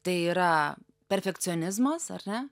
tai yra perfekcionizmas ar ne